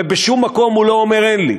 ובשום מקום הוא לא אומר: אין לי,